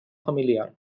familiar